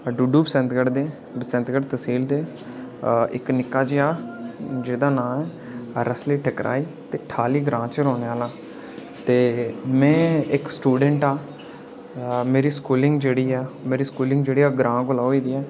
डूडु बसंतगढ दे बसंतगढ तह्सील दे इक निक्का जेहा जेह्दा नांऽ ऐ रसलेए ठकराई ते ठाली ग्रां च रोह्ने आह्ला आं ते में इक स्टूडेंट आं मेरी स्कूलिंग जेह्ड़ी ऐ मेरी स्कूलिंग जेह्डी ऐ ग्रां कोला होई दी ऐ